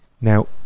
Now